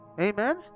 amen